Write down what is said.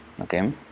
Okay